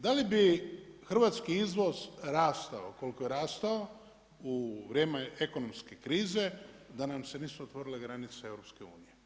Da li bi izvoz rastao koliko je rastao u vrijeme ekonomske krize da nam se nisu otvorile granice EU.